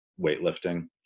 weightlifting